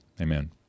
Amen